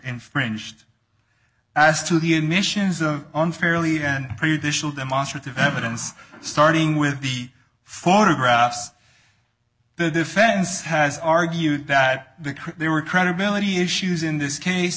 infringed as to the admissions of unfairly and pretty additional demonstrative evidence starting with the photographs the defense has argued that the there were credibility issues in this case